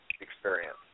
experience